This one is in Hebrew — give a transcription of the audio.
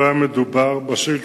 בשנת